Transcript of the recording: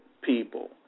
people